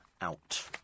out